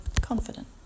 confident